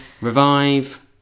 revive